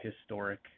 historic